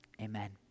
Amen